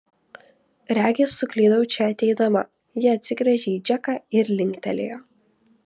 regis suklydau čia ateidama ji atsigręžė į džeką ir linktelėjo